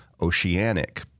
oceanic